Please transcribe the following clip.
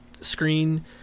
screen